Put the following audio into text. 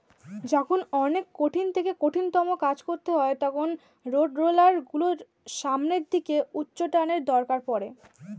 যখন অনেক কঠিন থেকে কঠিনতম কাজ করতে হয় তখন রোডরোলার গুলোর সামনের দিকে উচ্চটানের দরকার পড়ে